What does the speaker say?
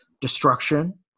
destruction